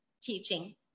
teaching